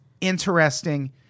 interesting